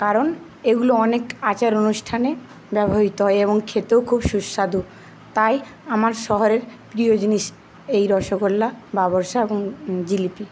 কারণ এগুলো অনেক আচার অনুষ্ঠানে ব্যবহৃত হয় এবং খেতেও খুব সুস্বাদু তাই আমার শহরের প্রিয় জিনিস এই রসগোল্লা বাবরশা এবং জিলিপি